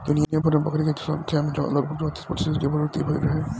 दुनियाभर में बकरी के संख्या में लगभग चौंतीस प्रतिशत के बढ़ोतरी भईल रहे